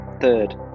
Third